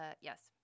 Yes